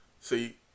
See